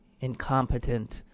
incompetent